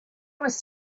was